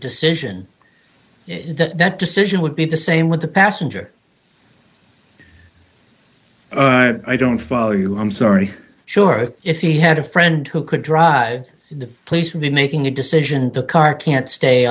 decision that decision would be the same with the passenger i don't follow you i'm sorry sure if he had a friend who could drive the place in the making the decision to car can't stay